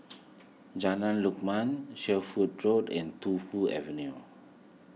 Jalan Lakum Sherwood Road and Tu Fu Avenue